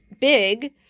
big